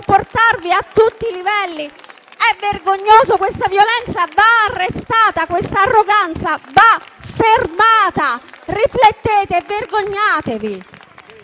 a tutti i livelli? È vergognoso! Questa violenza va arrestata e quest'arroganza va fermata. Riflettete e vergognatevi!